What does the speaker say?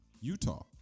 Utah